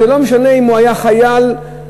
וזה לא משנה אם הוא היה חייל רשמי,